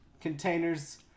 containers